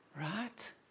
Right